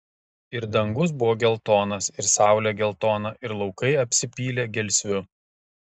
ir dangus buvo geltonas ir saulė geltona ir laukai apsipylė gelsviu